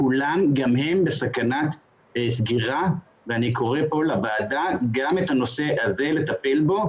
כולם גם הם בסכנת סגירה ואני קורא פה לוועדה גם את הנושא הזה לטפל בו,